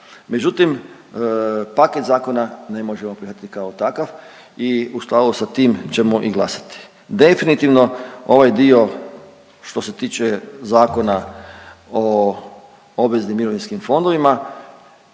međutim paket zakona ne možemo prihvatiti kao takav i u skladu sa tim ćemo i glasati. Definitivno ovaj dio što se tiče zakona o obveznim mirovinskim fondovima